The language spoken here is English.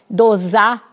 dosar